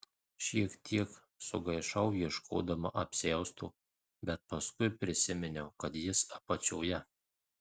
šiek tiek sugaišau ieškodama apsiausto bet paskui prisiminiau kad jis apačioje